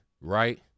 right